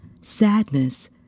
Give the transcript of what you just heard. sadness